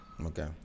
Okay